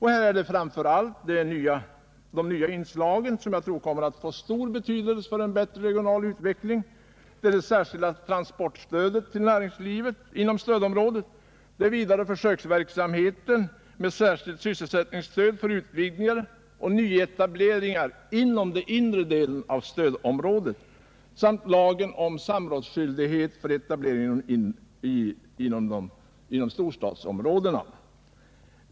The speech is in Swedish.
Här är det framför allt några nya inslag, som säkert kommer att få stor betydelse för en bättre regional utveckling. Det är det särskilda transportstödet till näringslivet inom stödområdet, vidare försöksverksamheten med ett särskilt sysselsättningsstöd för utvidgningar och nyetableringar inom den inre delen av stödområdet samt lagen om samrådsskyldighet för etablering inom storstadsområdena.